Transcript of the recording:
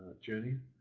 journey.